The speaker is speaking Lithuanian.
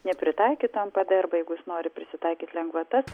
nepritaikyto npd arbe jeigu jis nori prisitaikyti lengvatas